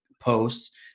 posts